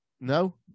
No